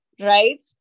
right